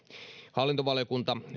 hallintovaliokunta